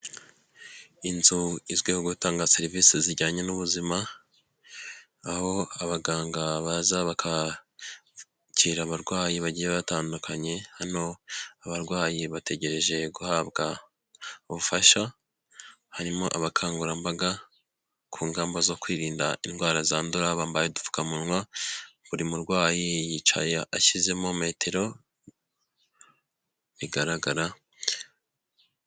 Inzu izwiho gutanga serivisi zijyanye n'ubuzima aho abaganga baza bakakira abarwayi bagiye batandukanye hano abarwayi bategereje guhabwa ubufasha harimo abakangurambaga ku ngamba zo kwirinda indwara zandura bambaye udupfukamunwa buri murwayi yicaye ashyizemo metero bigaragara.